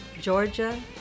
Georgia